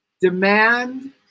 demand